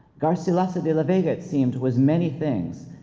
garcilaso de la vega it seemed was many things.